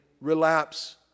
relapse